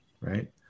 right